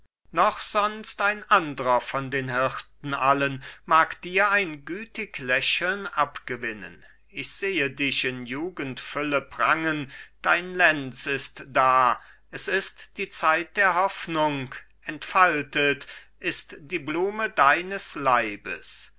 noch sonst ein andrer von den hirten allen mag dir ein gütig lächeln abgewinnen ich sehe dich in jugendfülle prangen dein lenz ist da es ist die zeit der hoffnung entfaltet ist die blume deines leibes